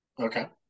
Okay